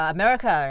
America